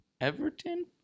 Everton